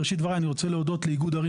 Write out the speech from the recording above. בראשית דבריי אני רוצה להודות לאיגוד ערים